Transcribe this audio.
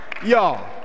Y'all